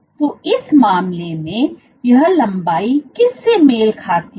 तो उस मामले में यह लंबाई किससे मेल खाती है